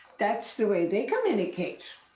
that's the way they communicate.